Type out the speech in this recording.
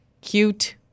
Cute